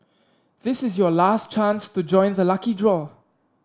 this is your last chance to join the lucky draw